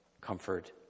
comfort